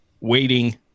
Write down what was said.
waiting